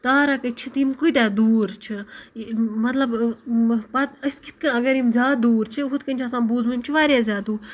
تارَک چھِ تہٕ یِم کۭتیاہ دوٗر چھِ مطلب پَتہٕ أسۍ کِتھ کٔنۍ مطلب اَگر یِم زیادٕ دوٗر چھِ یُتھ کَن چھُ آسان بوٗزمُت یِم چھِ واریاہ زیادٕ دوٗر